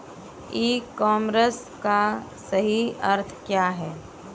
E commerce का सही अर्थ क्या है?